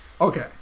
Okay